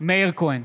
מאיר כהן,